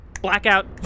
blackout